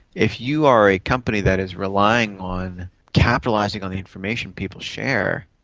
if you are a company that is relying on capitalising on the information people share,